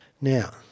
Now